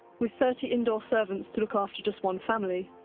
with thirty indoor servants to look after just one family,